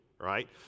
right